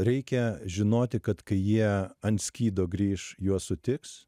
reikia žinoti kad kai jie ant skydo grįš juos sutiks